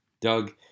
Doug